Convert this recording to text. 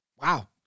wow